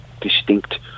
distinct